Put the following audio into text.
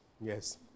Yes